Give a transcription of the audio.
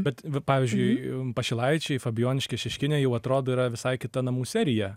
bet pavyzdžiui pašilaičiai fabijoniškės šeškinė jau atrodo yra visai kita namų serija